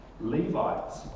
Levites